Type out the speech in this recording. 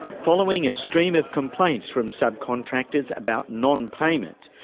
following a stream of complaints from subcontractors about non-payment,